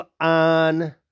on